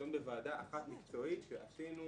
ידון בוועדה אחת מקצועית שעשינו